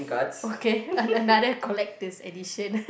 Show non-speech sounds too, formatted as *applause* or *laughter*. okay *laughs* another collector's edition